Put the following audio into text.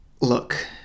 look